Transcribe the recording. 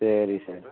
சரி சார்